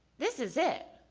this is it.